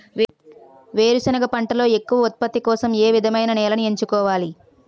వేరుసెనగ పంటలో ఎక్కువ ఉత్పత్తి కోసం ఏ విధమైన నేలను ఎంచుకోవాలి?